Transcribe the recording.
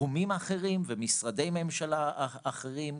תחומים אחרים ומשרדי ממשלה אחרים,